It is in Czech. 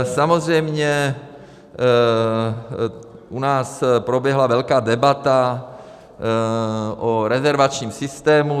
Samozřejmě u nás proběhla velká debata o rezervačním systému.